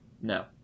no